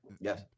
Yes